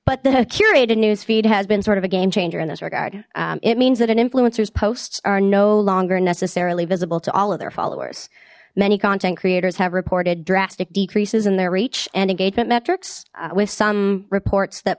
but the curated news feed has been sort of a game changer in this regard it means that an influencers posts are no longer necessarily visible to all of their followers many content creators have reported drastic decreases in their reach and engagement metrics with some reports that